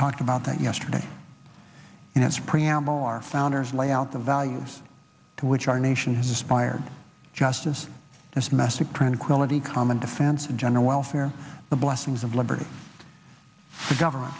talked about that yesterday and its preamble our founders lay out the values to which our nation has aspired justice as messick tranquility common defense and general welfare the blessings of liberty the government